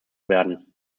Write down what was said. werden